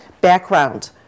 background